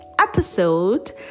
episode